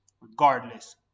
regardless